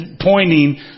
pointing